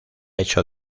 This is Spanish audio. hecho